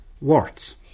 Warts